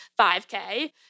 5K